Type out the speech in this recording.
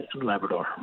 Labrador